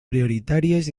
prioritàries